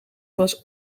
was